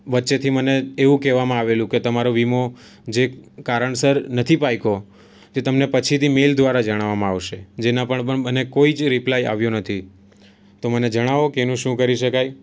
વચ્ચેથી મને એવું કહેવામાં આવેલું કે તમારો વીમો જે કારણસર નથી પાક્યો તે તમને પછીથી મેઈલ દ્વારા જણાવવામા આવશે જેના પણ પણ મને કોઈ જ રીપ્લાય આવ્યો નથી તો મને જણાવો કે એનું શું કરી શકાય